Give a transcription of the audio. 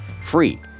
free